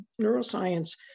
neuroscience